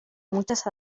muchas